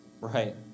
Right